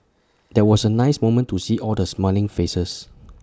that was A nice moment to see all the smiling faces